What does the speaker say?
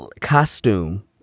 costume